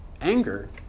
anger